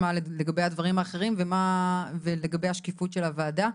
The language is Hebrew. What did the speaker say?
אבל תכף נשמע לגבי הדברים האחרים ולגבי השקיפות של הוועדה.